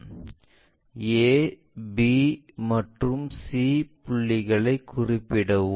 a b மற்றும் c புள்ளிகளை குறிப்பிடவும்